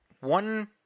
one